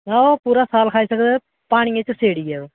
आहो पूरा साल खाई सकदे पनियै च सेड़ियै